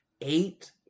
Eight